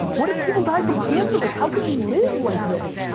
what if people die from cancer? like how could you live like this?